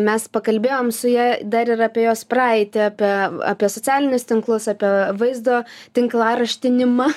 mes pakalbėjom su ja dar ir apie jos praeitį apie apie socialinius tinklus apie vaizdo tinklaraštininmą